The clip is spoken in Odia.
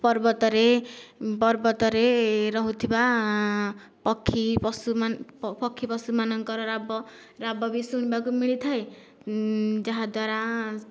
ପର୍ବତରେ ପର୍ବତରେ ରହୁଥିବା ପକ୍ଷୀ ପଶୁମାନେ ପକ୍ଷୀ ପଶୁମାନଙ୍କର ରାବ ରାବ ବି ଶୁଣିବାକୁ ମିଳିଥାଏ ଯାହାଦ୍ୱାରା